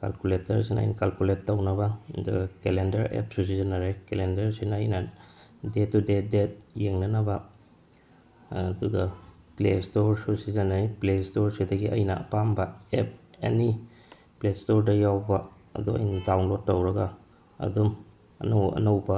ꯀꯥꯜꯀꯨꯂꯦꯇꯔꯁꯤꯅ ꯑꯩꯅ ꯀꯥꯜꯀꯨꯂꯦꯠ ꯇꯧꯅꯕ ꯑꯗꯨꯒ ꯀꯦꯂꯦꯟꯗꯔ ꯑꯦꯞꯁꯨ ꯁꯤꯖꯤꯟꯅꯔꯦ ꯀꯦꯂꯦꯟꯗꯔꯁꯤꯅ ꯑꯩꯅ ꯗꯦ ꯇꯨ ꯗꯦ ꯗꯦꯠ ꯌꯦꯡꯅꯅꯕ ꯑꯗꯨꯒ ꯄ꯭ꯂꯦ ꯏꯁꯇꯣꯔꯁꯨ ꯁꯤꯖꯤꯟꯅꯩ ꯄ꯭ꯂꯦ ꯏꯁꯇꯣꯔꯁꯤꯗꯒꯤ ꯑꯩꯅ ꯑꯄꯥꯝꯕ ꯑꯦꯞ ꯑꯦꯅꯤ ꯄ꯭ꯂꯦ ꯏꯁꯇꯣꯔꯗ ꯌꯥꯎꯕ ꯑꯗꯣ ꯑꯩꯅ ꯗꯥꯎꯟꯂꯣꯠ ꯇꯧꯔꯒ ꯑꯗꯨꯝ ꯑꯅꯧ ꯑꯅꯧꯕ